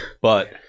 But-